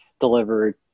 delivered